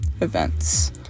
events